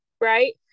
right